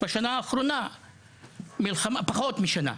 פחות משנה,